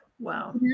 Wow